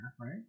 right